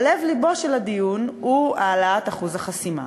אבל לב לבו של הדיון הוא העלאת אחוז החסימה.